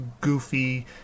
goofy